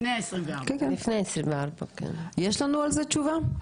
יש לנו על זה תשובה?